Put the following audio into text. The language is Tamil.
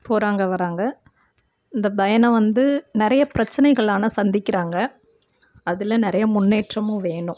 போகிறாங்க வராங்க இந்த பயணம் வந்து நிறைய பிரச்சினைகள் ஆனால் சந்திக்கிறாங்க அதில் நிறைய முன்னேற்றமும் வேணும்